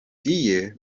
tie